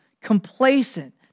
complacent